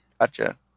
Gotcha